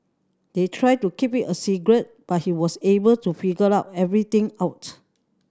they tried to keep it a secret but he was able to figure out everything out